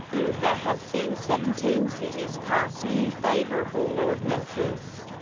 uber has seen seventeen cities pass new favourable ordinances.